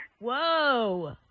whoa